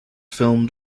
filmed